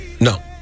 No